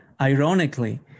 Ironically